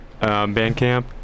Bandcamp